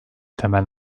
temel